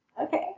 Okay